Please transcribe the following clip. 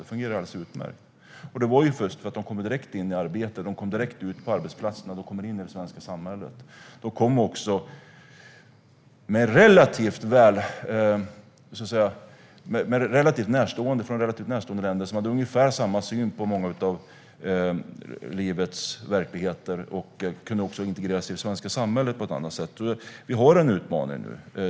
Det fungerade alldeles utmärkt, och det var för att de kom direkt ut i arbete, in på de svenska arbetsplatserna och in i det svenska samhället. De kom också från relativt närstående länder som hade ungefär samma syn på många av livets frågor och kunde därför integreras i det svenska samhället på ett annat sätt. Vi har en utmaning nu.